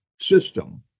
system